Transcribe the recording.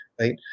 right